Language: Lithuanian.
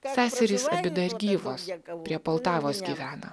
seserys dar gyvos prie poltavos gyvena